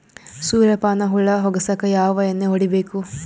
ಸುರ್ಯಪಾನ ಹುಳ ಹೊಗಸಕ ಯಾವ ಎಣ್ಣೆ ಹೊಡಿಬೇಕು?